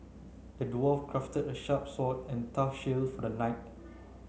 the dwarf crafted a sharp sword and a tough shield for the knight